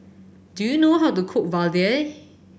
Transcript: do you know how to cook vadai